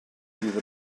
fydd